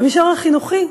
במישור החינוכי,